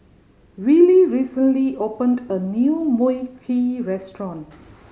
Willy recently opened a new Mui Kee restaurant